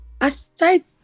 aside